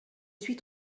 suis